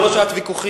זה לא שעת ויכוחים.